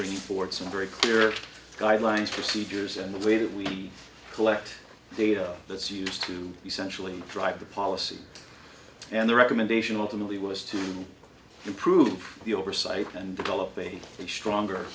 bringing forth some very clear guidelines procedures and the way that we collect data that's used to essentially drive the policy and the recommendation will clearly was to improve the oversight and develop a stronger